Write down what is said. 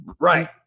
Right